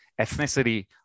ethnicity